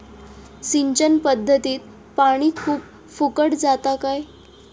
सिंचन पध्दतीत पानी खूप फुकट जाता काय?